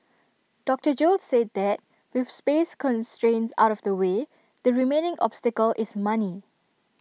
doctor gill said that with space constraints out of the way the remaining obstacle is money